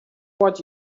what